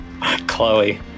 Chloe